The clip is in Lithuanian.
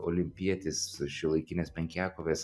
olimpietis šiuolaikinės penkiakovės